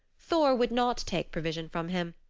thor would not take provision from him,